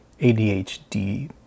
ADHD